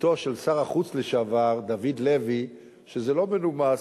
בתו של שר החוץ לשעבר דוד לוי, שזה לא מנומס.